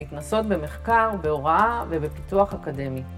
להתנסות במחקר, בהוראה ובפיתוח אקדמי.